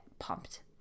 pumped